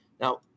Now